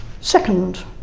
Second